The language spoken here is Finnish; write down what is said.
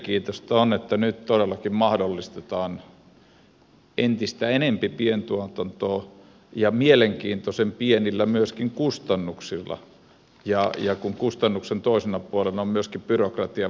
mielenkiintoista on että nyt todellakin mahdollistetaan entistä enempi pientuotantoa ja myöskin mielenkiintoisen pienillä kustannuksilla ja kustannuksen toisena puolena on myöskin byrokratian vähentäminen